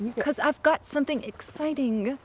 cause i've got something exciting.